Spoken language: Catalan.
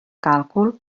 càlcul